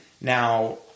Now